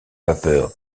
vapeur